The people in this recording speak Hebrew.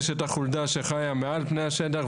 יש החולדה שחיה מעל פני השטח,